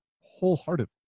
wholeheartedly